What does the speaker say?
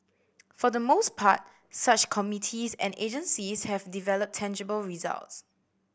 for the most part such committees and agencies have delivered tangible results